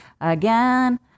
again